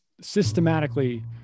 systematically